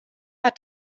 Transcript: hat